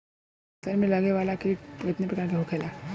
फसल में लगे वाला कीट कितने प्रकार के होखेला?